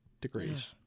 degrees